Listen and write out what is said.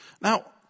Now